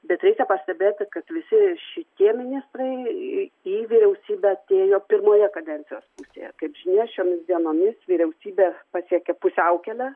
bet reikia pastebėti kad visi šitie ministrai į vyriausybę atėjo pirmoje kadencijos pusėje kaip žinia šiomis dienomis vyriausybė pasiekė pusiaukelę